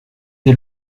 des